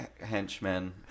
henchmen